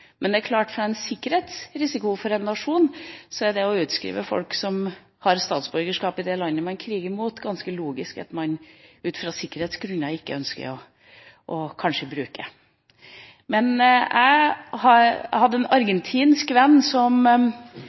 men det er klart at når det gjelder sikkerhetsrisikoen for en nasjon, er det ganske logisk at man av sikkerhetsmessige grunner kanskje ikke ønsker å utskrive folk som har statsborgerskap i det landet man kriger mot. Jeg hadde en argentinsk venn som hadde en sønn i Forsvaret. Så ble han invitert til en